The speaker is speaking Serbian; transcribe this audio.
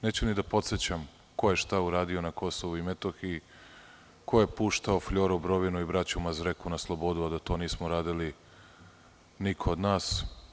Neću ni da podsećam ko je i šta uradio na KiM, ko je puštao Fljoru Brovinu i braću Mazreku na slobodu, a da to nije radio niko od nas.